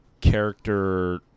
character